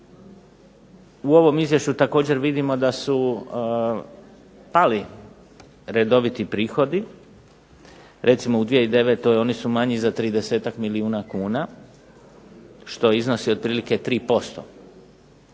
u ovom izvješću također vidimo da su pali redoviti prihodi, recimo u 2009. oni su manji za 30-ak milijuna kuna, što iznosi otprilike 3%,